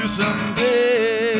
someday